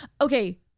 Okay